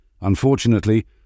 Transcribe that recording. Unfortunately